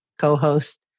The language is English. co-host